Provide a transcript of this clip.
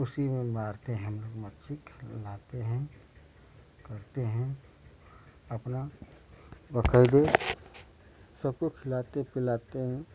उसी में मारते है हम लोग मच्छी घर लाते हैं करते हैं अपना बकायदे सब कुछ लाते खिलाते पिलाते हैं